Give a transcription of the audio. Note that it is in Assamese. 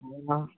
অঁ